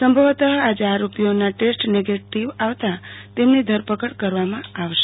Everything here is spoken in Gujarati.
સંભવ તઃ આજે આરોપીઓના ટેસ્ટ નેગેટીવ આવતા તેમની ધરપકડ કરવામાં આવશે